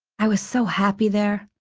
i was so happy there.